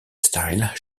style